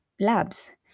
labs